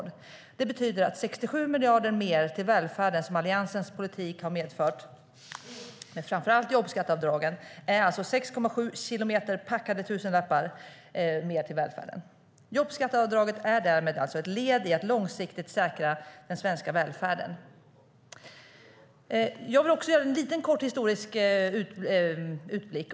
Det betyder att 67 miljarder mer till välfärden, som Alliansens politik och framför allt jobbskatteavdragen har medfört, är 6,7 kilometer packade tusenlappar mer till välfärden. Jobbskatteavdraget är därmed ett led i att långsiktigt säkra den svenska välfärden. Jag vill också göra en kort historisk utblick.